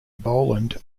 boland